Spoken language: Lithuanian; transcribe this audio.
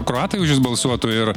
kroatai už jus balsuotų ir